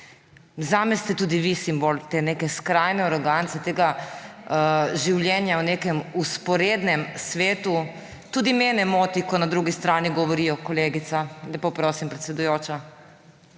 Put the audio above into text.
Zame ste tudi vi simbol te neke skrajne arogance, tega življenja v nekem vzporednem svetu. Tudi mene moti, ko na drugi strani govorijo. Lepo prosim, predsedujoča,